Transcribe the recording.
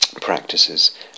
practices